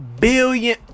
billion